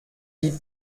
die